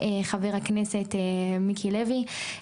חבר הכנסת מיקי לוי.